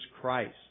Christ